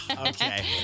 okay